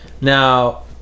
Now